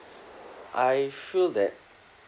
I feel that